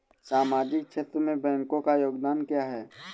सामाजिक क्षेत्र में बैंकों का योगदान क्या है?